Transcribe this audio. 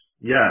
yes